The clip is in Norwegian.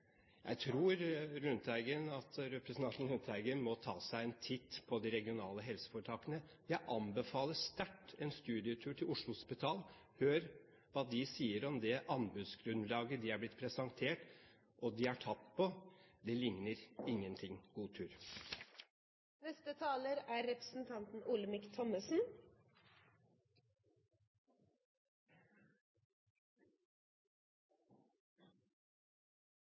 Jeg tror representanten Lundteigen må ta seg en titt på de regionale helseforetakene. Jeg anbefaler sterkt en studietur til Oslo Hospital. Hør hva de sier om det anbudsgrunnlaget de er blitt presentert, og som de har tapt på. Det ligner ingenting. God tur!